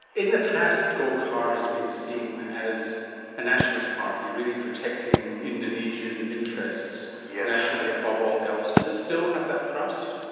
in the past, golkar has been seen as a nationalist party, really protecting indonesian interests yeah nationally above all else. does it still have that thrust?